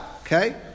Okay